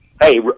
Hey